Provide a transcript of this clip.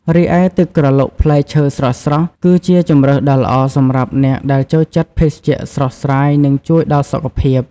រីឯទឹកក្រឡុកផ្លែឈើស្រស់ៗ គឺជាជម្រើសដ៏ល្អសម្រាប់អ្នកដែលចូលចិត្តភេសជ្ជៈស្រស់ស្រាយ នឹងជួយដល់សុខភាព ។